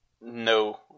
no